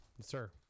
Sir